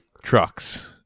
trucks